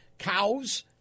Cows